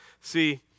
See